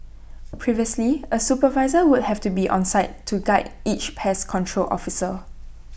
previously A supervisor would have to be on site to guide each pest control officer